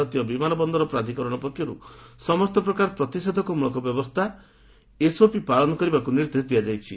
ଭାରତୀୟ ବିମାନ ବନ୍ଦର ପ୍ରାଧ୍କରଣ ପକ୍ଷରୁ ସମସ୍ତ ପ୍ରକାର ପ୍ରତିଷେଧକ ମୂଳକ ବ୍ୟବସ୍ତା ଏବଂ ଏସ୍ଓପି ପାଳନ କରିବାକୁ ନିର୍ଦ୍ଦେଶ ଦିଆଯାଇଛି